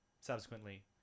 subsequently